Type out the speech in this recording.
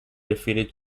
defeated